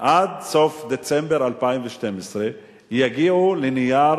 שעד סוף דצמבר 2012 יגיעו לנייר